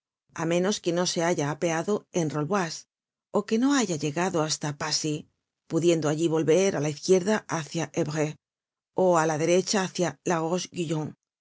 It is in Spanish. á menos que no se haya apeado en rolleboise ó que no haya llegado hasta pacy pudiendo allí volver á la izquierda hácia evreux ó á la derecha hácia